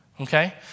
Okay